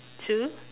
to